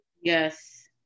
Yes